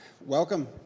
welcome